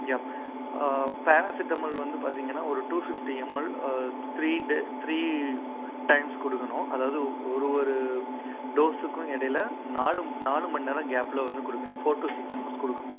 யா paracetamol வந்து பார்த்தீங்கன்னா ஒரு டூ ஃபிஃப்டி எம்எல் த்ரீ டெ த்ரீ டைம்ஸ் கொடுக்கனும் அதாவது ஒரு ஒரு டோஸுக்கும் இடையில நாலு நாலு மணி நேரம் கேப்புல வந்து கொடுக்கனும் ஃபோர் டு சிக்ஸ் ஹார்ஸ் கொடுக்கனும்